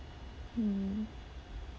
mm